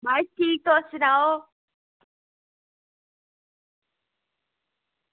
बस ठीक तुस सनाओ